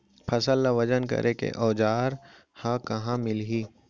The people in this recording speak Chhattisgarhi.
फसल ला वजन करे के औज़ार हा कहाँ मिलही?